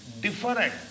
different